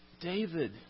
David